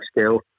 skill